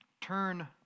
turn